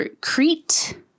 Crete